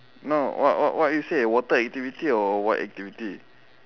no what what what you say water activity or what activity